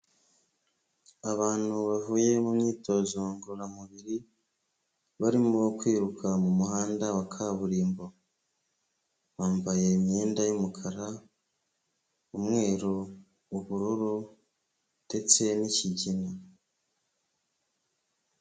Abantu bavuye mu myitozo ngororamubiri, barimo kwiruka mu muhanda wa kaburimbo. Bambaye imyenda y'umukara, umweru, ubururu ndetse n'ikigina.